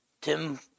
Tim